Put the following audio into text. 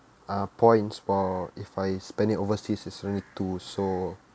uh point for if I spend overseas it's only two so